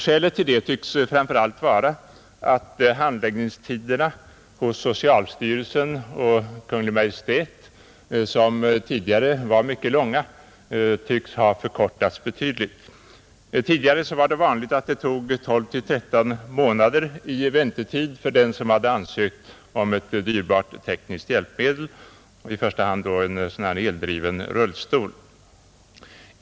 Skälet till det tycks framför allt vara att handläggningstiderna hos socialstyrelsen och Kungl. Maj:t, som tidigare var mycket långa, förefaller att ha förkortats betydligt. Tidigare var det vanligt att det tog 12—13 månader i väntetid för den som hade ansökt om ett dyrbart tekniskt hjälpmedel, i första hand en eldriven rullstol.